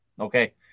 okay